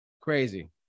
Crazy